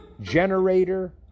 generator